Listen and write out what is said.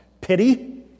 Pity